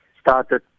started